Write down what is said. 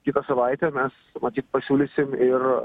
kitą savaitę mes matyt pasiūlysim ir